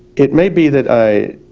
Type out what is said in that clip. it may be that i